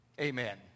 Amen